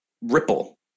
ripple